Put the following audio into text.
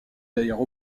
d’ailleurs